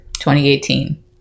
2018